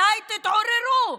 מתי תתעוררו?